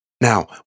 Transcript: Now